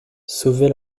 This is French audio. sauvaient